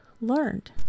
learned